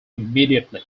immediately